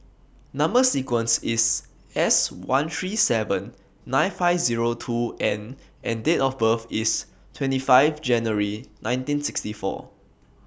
Number sequence IS S one three seven nine five Zero two N and Date of birth IS twenty five January nineteen sixty four